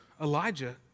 Elijah